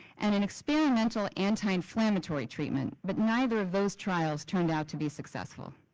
and an experimental anti-inflammatory treatment, but neither of those trials turned out to be successful.